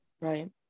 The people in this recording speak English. right